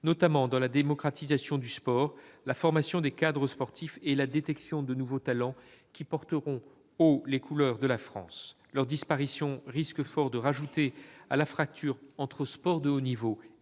notamment dans la démocratisation du sport, la formation des cadres sportifs et la détection de nouveaux talents, qui porteront haut les couleurs de la France. Leur disparition risque fort de rajouter à la fracture entre sport de haut niveau et sport